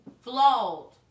Flawed